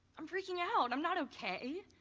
i'm freaking out. i'm not okay.